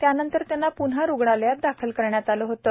त्यानंतर त्यांना प्न्हा रुग्णालायात दाखल करण्यात आलं होतं